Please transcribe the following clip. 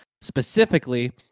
specifically